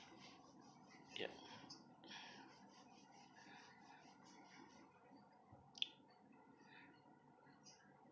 yup